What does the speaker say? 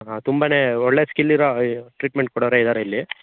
ಹಾಂ ತುಂಬಾ ಒಳ್ಳೆ ಸ್ಕಿಲ್ ಇರೋ ಈ ಟ್ರೀಟ್ಮೆಂಟ್ ಕೊಡೋರೆ ಇದ್ದಾರೆ ಇಲ್ಲಿ